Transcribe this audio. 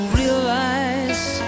realize